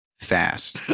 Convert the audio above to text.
Fast